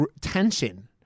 tension